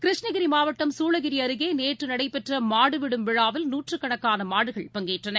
கிருஷ்ணகிரிமாவட்டம் சூளகிரிஅருகேநேற்றுநடைபெற்றமாடுவிடும் விழாவில் நூற்றுக்கணக்கானமாடுகள் பங்கேற்றன